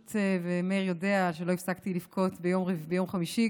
מאיר יודע שלא הפסקתי לבכות ביום חמישי,